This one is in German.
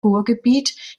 ruhrgebiet